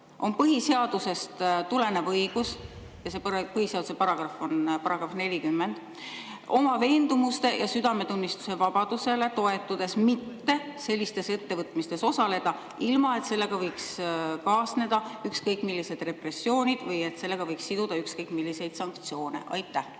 on põhiseadusest tulenev õigus – see põhiseaduse paragrahv on § 40 – oma veendumustele ja südametunnistusevabadusele toetudes mitte sellistes ettevõtmistes osaleda, ilma et sellega võiks kaasneda ükskõik millised repressioonid või et sellega võiks siduda ükskõik milliseid sanktsioone? Aitäh!